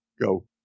go